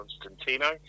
Constantino